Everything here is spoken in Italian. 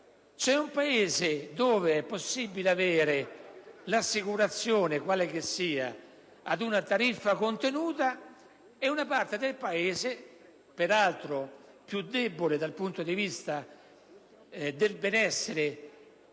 con una parte in cui è possibile stipulare un'assicurazione, quale che sia, ad una tariffa contenuta e un'altra parte del Paese, peraltro più debole dal punto di vista del benessere